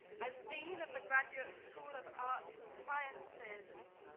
as dean of the graduate school of arts and sciences,